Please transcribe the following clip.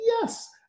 yes